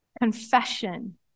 Confession